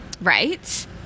right